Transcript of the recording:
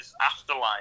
Afterlife